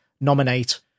nominate